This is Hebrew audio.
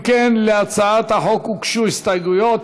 אם כן, להצעת החוק הוגשו הסתייגויות.